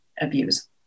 abuse